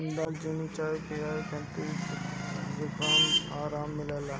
दालचीनी के चाय पियला से सरदी जुखाम में आराम मिलेला